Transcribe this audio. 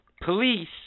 police